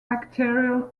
bacterial